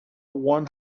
one